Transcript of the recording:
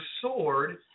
sword